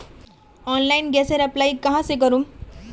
Online गैसेर apply कहाँ से करूम?